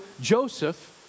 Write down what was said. Joseph